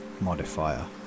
modifier